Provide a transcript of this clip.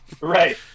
right